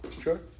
Sure